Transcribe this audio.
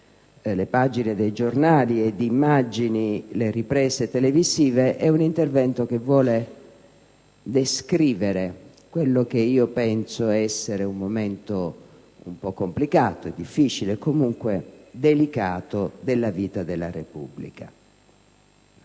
le pagine dei giornali e le immagini delle riprese televisive, vuole descrivere quello che penso essere un momento un po' complicato, difficile e comunque delicato della vita della Repubblica.